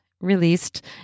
released